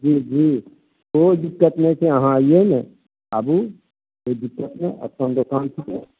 जी जी कोइ दिक्कत नहि छै आहाँ अइयौ ने आबू कोइ दिक्कत नहि अपन दोकान छिकै